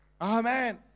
Amen